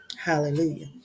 Hallelujah